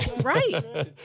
Right